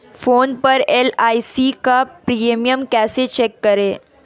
Phone पर LIC का premium कैसे चेक करें?